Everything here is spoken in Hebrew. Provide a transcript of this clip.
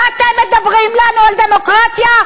ואתם מדברים לנו על דמוקרטיה?